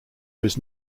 was